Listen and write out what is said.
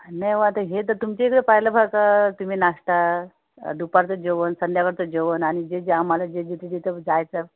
नाही मग आता हे तर तुमच्याइकडे पाहिलं पडतं तुम्ही नाश्ता दुपारचं जेवण संध्याकाळचं जेवण आणि जे जे आम्हाला जे जे जिथं जिथं जायचं